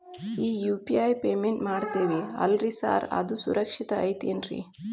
ಈ UPI payment ಮಾಡ್ತೇವಿ ಅಲ್ರಿ ಸಾರ್ ಅದು ಸುರಕ್ಷಿತ್ ಐತ್ ಏನ್ರಿ?